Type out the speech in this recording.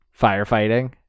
firefighting